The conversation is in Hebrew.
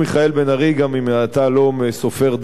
גם אם אתה לא סופר דעת קהל.